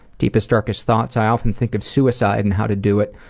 deepest darkest thoughts? i often think of suicide and how to do it.